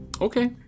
Okay